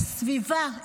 הסביבה,